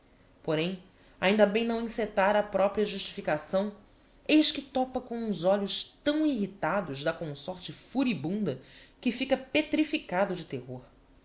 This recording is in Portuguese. porém ainda bem não encetara a propria justificação eis que topa com uns olhos tão irritados da consorte furibunda que fica petreficado de terror